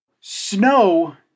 Snow